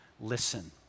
listen